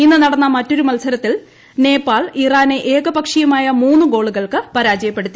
ഇന്ന് നടന്ന മറ്റൊരു മത്സരത്തിൽ നേപ്പാൾ ഇറാനെ ഏകപക്ഷീയമായ ദ ഗോളുകൾക്ക് പരാജയപ്പെടുത്തി